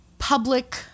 public